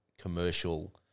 commercial